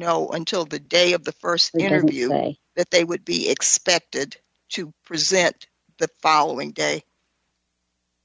know until the day of the st interview way that they would be expected to present the following day